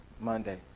Monday